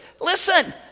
Listen